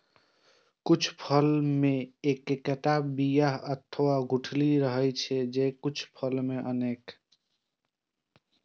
कुछ फल मे एक्केटा बिया अथवा गुठली रहै छै, ते कुछ फल मे अनेक